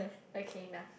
okay nah